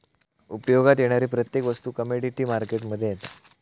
उपयोगात येणारी प्रत्येक वस्तू कमोडीटी मार्केट मध्ये येता